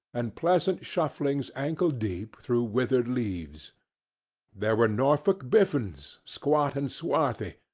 and pleasant shufflings ankle deep through withered leaves there were norfolk biffins, squat and swarthy,